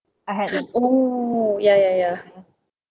oo ya ya ya